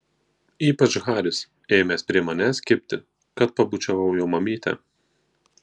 ypač haris ėmęs prie manęs kibti kad pabučiavau jo mamytę